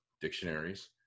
dictionaries